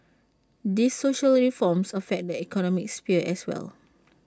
these social reforms affect the economic sphere as well